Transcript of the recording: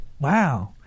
Wow